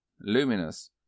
luminous